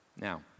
Now